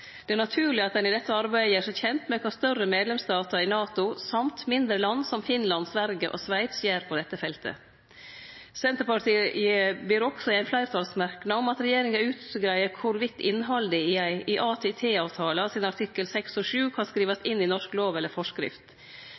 Det er naturleg at ein i dette arbeidet gjer seg kjend med kva større medlemsstatar i NATO og mindre land som Finland, Sverige og Sveits gjer på dette feltet. Senterpartiet ber også i eit fleirtalsforslag regjeringa om å utgreie om innhaldet i ATT-avtalens artiklar 6 og 7 kan skrivast inn i norsk lov eller forskrift.